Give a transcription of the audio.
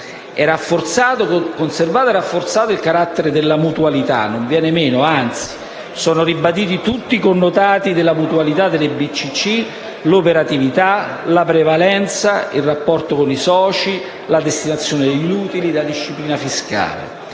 È conservato e rafforzato il carattere della mutualità: non viene meno. Anzi, sono ribaditi tutti i connotati della mutualità delle banche di credito cooperativo: l'operatività, la prevalenza, il rapporto con i soci, la destinazione degli utili e la disciplina fiscale.